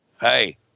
Hey